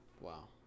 Wow